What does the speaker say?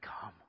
come